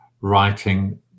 writing